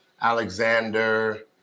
Alexander